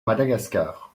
madagascar